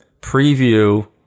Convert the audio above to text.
preview